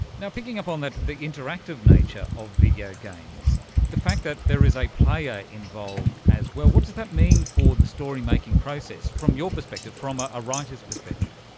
now, picking up on the interactive nature of videogames, the fact that there is a player involved as well, what does that mean for the story making process, from your perspective, from ah a writer's perspective?